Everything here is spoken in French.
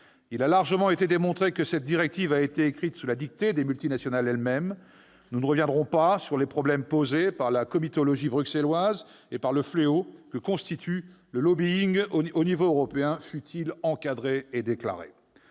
Il a été largement démontré que cette directive a été écrite sous la dictée des multinationales elles-mêmes. Nous ne reviendrons pas sur les problèmes posés par la comitologie bruxelloise et par le fléau que constitue le au niveau européen, fût-il encadré et déclaré.